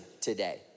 today